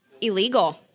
Illegal